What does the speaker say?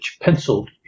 Penciled